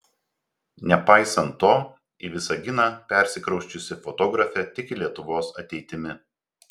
nepaisant to į visaginą persikrausčiusi fotografė tiki lietuvos ateitimi